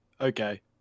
okay